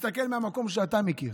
תסתכל מהמקום שאתה מכיר.